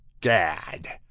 gad